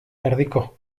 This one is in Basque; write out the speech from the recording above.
erdiko